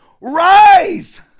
Rise